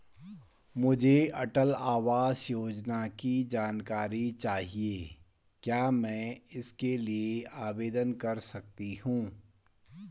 मुझे अटल आवास योजना की जानकारी चाहिए क्या मैं इसके लिए आवेदन कर सकती हूँ?